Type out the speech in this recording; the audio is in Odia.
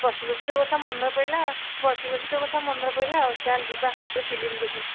ବସି ବସି ତୋ କଥା ମନେ ପଡ଼ିଲା ବସି ବସି ତୋ କଥା ମନେ ପଡ଼ିଲା ଚାଲ୍ ଯିବା ଗୋଟେ ଫିଲ୍ମ ଦେଖି